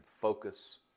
focus